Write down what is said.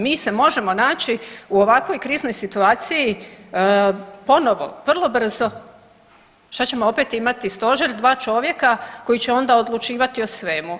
Mi se možemo naći u ovakvoj kriznoj situaciji ponovo, vrlo brzo, šta ćemo opet imati stožer dva čovjeka koji će onda odlučivati o svemu?